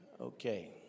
Okay